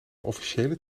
officiële